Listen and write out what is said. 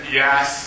yes